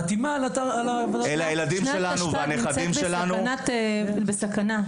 חתימה על --- שנת תשפ"ב נמצאת בסכנה.